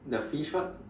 the fish what